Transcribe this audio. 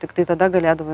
tiktai tada galėdavo